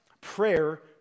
prayer